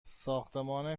ساختمان